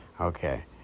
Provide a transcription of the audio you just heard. okay